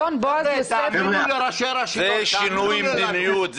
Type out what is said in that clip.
-- זה שינוי מדיניות.